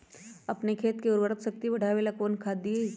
अपन खेत के उर्वरक शक्ति बढावेला कौन खाद दीये?